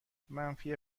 منفی